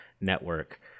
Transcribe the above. network